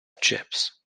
chips